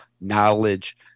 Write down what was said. knowledge